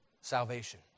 salvation